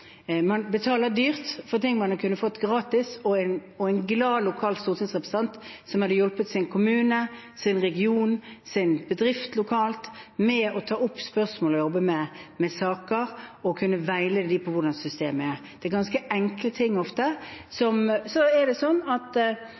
fått gratis, og fått en glad lokal stortingsrepresentant som hadde hjulpet sin kommune, sin region, sin bedrift lokalt med å ta opp spørsmål og jobbe med saker, og som kunne veiledet dem i hvordan systemet er. Det er ofte ganske enkle ting. Noen klarer å tjene penger på at ting blir enklere og mindre komplisert ved at man kan gjøre det. Jeg synes egentlig at